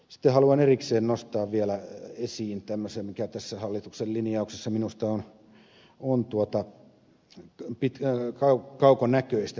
sitten haluan erikseen nostaa vielä esiin tämmöisen mikä tässä hallituksen linjauksessa minusta on kaukonäköistä